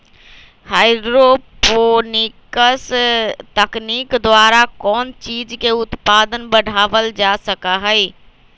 hydroponics तकनीक द्वारा कौन चीज के उत्पादन बढ़ावल जा सका हई